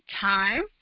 time